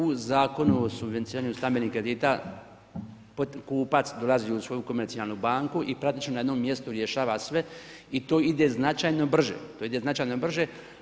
U Zakonu o subvencioniranju stambenih kredita kupac dolazi u svoju komercijalnu banku i praktički na jednom mjestu rješava sve i to ide značajno brže, značajno brže.